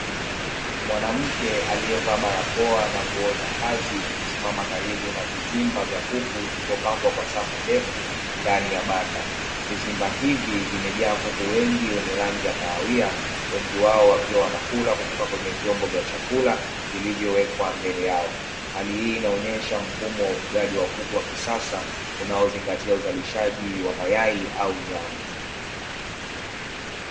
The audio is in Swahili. Mwanamke aliyevaa barakoa na nguo za kazi akisimama karibu na vizimba vya kuku vilivyopangwa kwa safu ndefu ndani ya banda, vizimba hivi vimejaa kuku wengi wenye rangi ya kahawia wengi wao wakiwa wanakula kutoka kwenye vyombo vya chakula vilivyowekwa mbele yao, hali hii inaonyesha mfumo wa ufugaji wa kuku wa kisasa unaozingatia uzalishaji wa mayai au nyama.